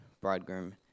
bridegroom